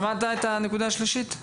שמעת את הנקודה השלישית,